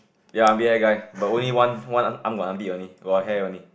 ya beer guy but only one one arm got armpit only got hair only